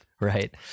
Right